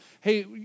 hey